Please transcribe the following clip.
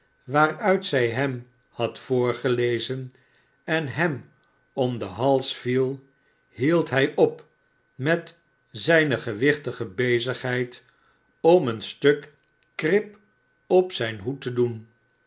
waaruit zij hem had voorgelezen en hem om den hals viel hield hij op met zijne gewichtige bezigheid om een stuk krip om zij a hoed te doen